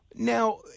Now